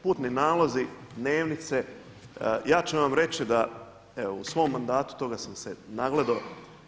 Putni nalozi, dnevnice ja ću vam reći da evo u svom mandatu toga sam se nagledo.